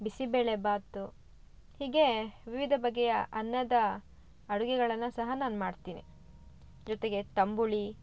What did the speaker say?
ಬಿಸಿಬೇಳೆ ಭಾತು ಹೀಗೇ ವಿವಿಧ ಬಗೆಯ ಅನ್ನದ ಅಡುಗೆಗಳನ್ನು ಸಹ ನಾನು ಮಾಡ್ತೀನಿ ಜೊತೆಗೆ ತಂಬುಳಿ